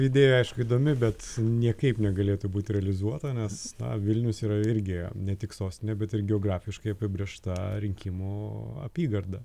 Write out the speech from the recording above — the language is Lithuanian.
idėja aišku įdomi bet niekaip negalėtų būti realizuota nes na vilnius yra irgi ne tik sostinė bet ir geografiškai apibrėžta rinkimų apygarda